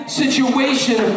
situation